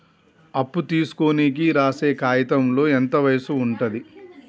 అప్పు తీసుకోనికి రాసే కాయితంలో ఎంత వయసు ఉంటది?